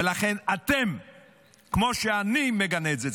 ולכן כמו שאני מגנה את זה,